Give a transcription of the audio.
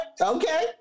okay